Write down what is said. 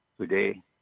today